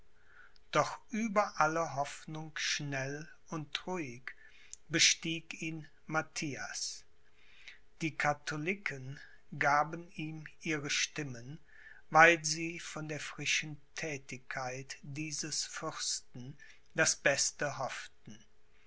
doch über alle hoffnung schnell und ruhig bestieg ihn matthias die katholiken gaben ihm ihre stimmen weil sie von der frischen thätigkeit dieses fürsten das beste hofften